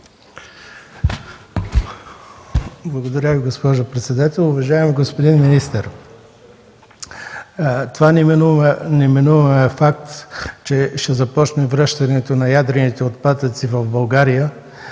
Благодаря Ви, госпожо председател. Уважаеми господин министър, това неминуемо е факт – че ще започне връщането на ядрените отпадъци в България,